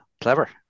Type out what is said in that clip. clever